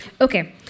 Okay